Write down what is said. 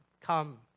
come